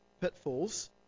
pitfalls